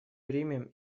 примем